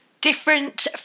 different